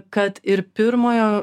kad ir pirmojo